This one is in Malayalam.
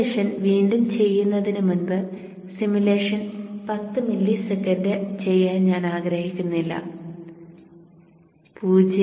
സിമുലേഷൻ വീണ്ടും ചെയ്യുന്നതിനുമുമ്പ് സിമുലേഷൻ 10 മില്ലിസെക്കൻഡ് ചെയ്യാൻ ഞാൻ ആഗ്രഹിക്കുന്നില്ല 0